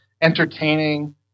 entertaining